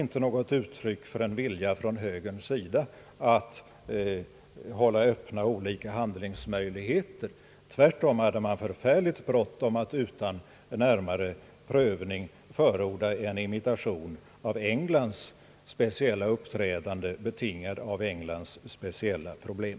inte något uttryck för en vilja från högerns sida att hålla olika handlingsmöjligheter öppna. Tvärtom hade man förfärligt bråttom att utan närmare prövning förorda en imitation av Englands speciella uppträdande, betingat av Englands speciella problem.